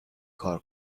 کار